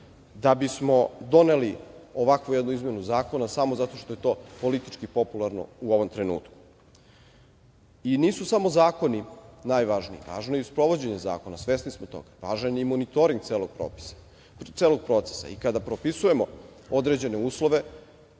da bismo doneli jednu ovakvu izmenu zakona samo zato što je to politički popularno u ovom trenutku. I nisu samo zakoni najvažniji, važno je i sprovođenje zakona i svesni smo toga, važan je monitoring celog procesa i kada propisujemo određene uslove,